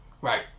Right